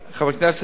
חבר הכנסת והבה,